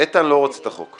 איתן לא רוצה את החוק.